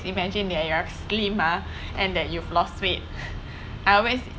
imagine that you're slim ah and that you lost weight I always